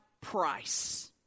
price